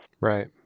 Right